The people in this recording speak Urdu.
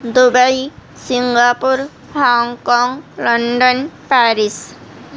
Dubai Singapore Hong Kong London Paris